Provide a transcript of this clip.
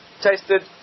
tasted